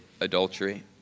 adultery